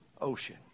Ocean